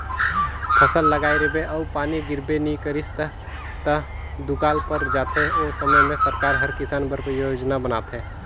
फसल लगाए रिबे अउ पानी गिरबे नी करिस ता त दुकाल पर जाथे ओ समे में सरकार हर किसान बर योजना बनाथे